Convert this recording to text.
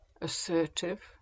assertive